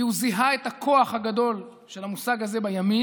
כי הוא זיהה את הכוח הגדול של המושג הזה בימין,